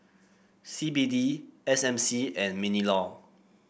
C B D S M C and Minlaw